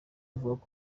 avuga